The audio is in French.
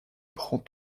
prend